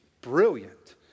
brilliant